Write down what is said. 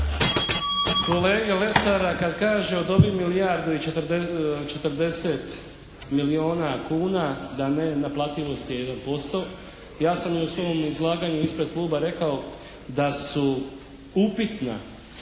kolege Lesara kad kaže od ovih milijardu i 40 milijuna kuna da ne naplativost je 1%. Ja sam i u svom izlaganju ispred svoga kluba rekao da su upitna